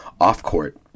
off-court